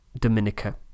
Dominica